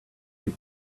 you